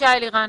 למכור.